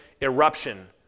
eruption